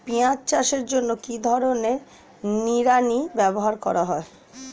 পিঁয়াজ চাষের জন্য কি ধরনের নিড়ানি ব্যবহার করা হয়?